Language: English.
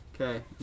Okay